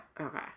Okay